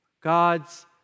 God's